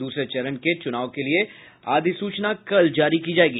दूसरे चरण के चुनाव के लिये अधिसूचना कल जारी की जायेगी